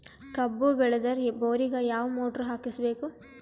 ಕಬ್ಬು ಬೇಳದರ್ ಬೋರಿಗ ಯಾವ ಮೋಟ್ರ ಹಾಕಿಸಬೇಕು?